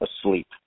asleep